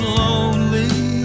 lonely